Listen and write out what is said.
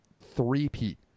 three-peat